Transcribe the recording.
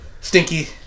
stinky